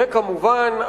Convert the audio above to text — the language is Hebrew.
וכמובן,